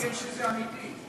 קל לפרגן כשזה אמיתי.